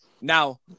Now